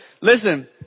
Listen